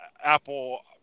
Apple